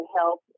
help